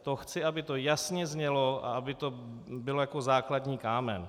To chci, aby to jasně znělo a aby to bylo jako základní kámen.